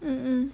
mm mm